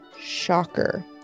shocker